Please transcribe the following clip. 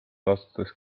vastutust